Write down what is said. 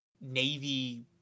navy